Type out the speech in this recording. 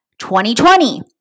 2020